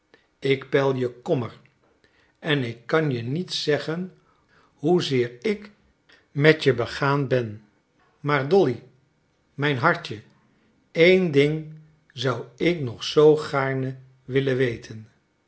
ik peil je kommer en ik kan je niet zeggen hoezeer ik met je begaan ben maar dolly mijn hartje eén ding zou ik nog zoo gaarne willen weten